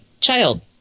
child